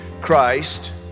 Christ